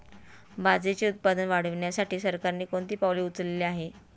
बाजरीचे उत्पादन वाढविण्यासाठी सरकारने कोणती पावले उचलली आहेत?